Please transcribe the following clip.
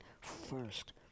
first